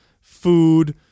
food